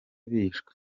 bishwe